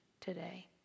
today